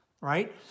right